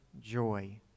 joy